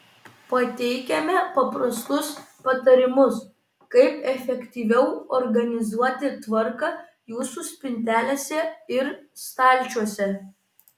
pateikiame paprastus patarimus kaip efektyviau organizuoti tvarką jūsų spintelėse ir stalčiuose